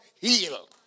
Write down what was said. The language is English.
heal